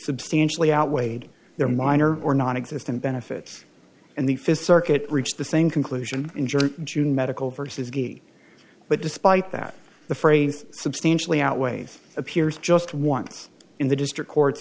substantially outweighed their minor or nonexistent benefits and the fifth circuit reached the same conclusion injured june medical versus gay but despite that the phrase substantially outweighs appears just once in the district court